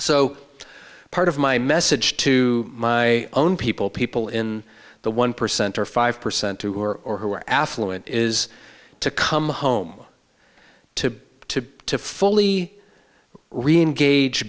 so part of my message to my own people people in the one percent or five percent who are or who are affluent is to come home to to to fully reengage